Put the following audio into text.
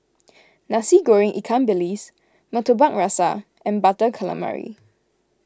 Nasi Goreng Ikan Bilis Murtabak Rusa and Butter Calamari